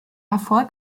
erfolg